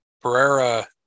Pereira